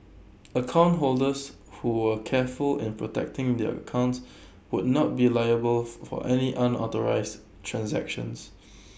account holders who were careful in protecting their accounts would not be liable for any unauthorised transactions